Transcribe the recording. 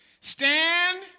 Stand